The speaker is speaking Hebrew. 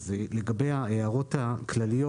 אז לגבי ההערות הכלליות